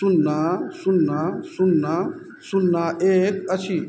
शून्ना शून्ना शून्ना शून्ना एक अछि